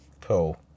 Cool